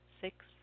six